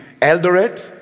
Eldoret